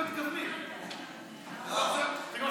נתנו לנו 25, אבל אנחנו מאמצים חמש.